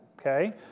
okay